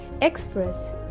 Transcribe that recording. express